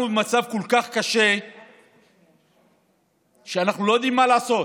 אנחנו במצב כל כך קשה שאנחנו לא יודעים מה לעשות.